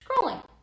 scrolling